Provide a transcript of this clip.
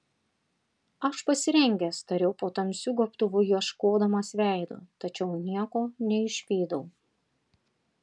aš pasirengęs tariau po tamsiu gobtuvu ieškodamas veido tačiau nieko neišvydau